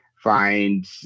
Find